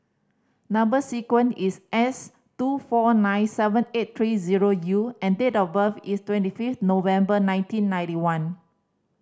number sequence is S two four nine seven eight three zero U and date of birth is twenty fifth November nineteen ninety one